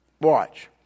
Watch